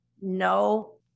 no